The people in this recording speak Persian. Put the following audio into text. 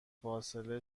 فاصله